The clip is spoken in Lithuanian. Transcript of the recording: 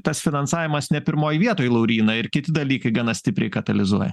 tas finansavimas ne pirmoj vietoj lauryna ir kiti dalykai gana stipriai katalizuoja